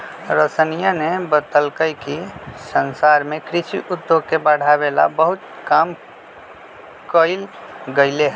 रोशनीया ने बतल कई कि संसार में कृषि उद्योग के बढ़ावे ला बहुत काम कइल गयले है